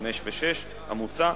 (5) ו-(6) המוצע,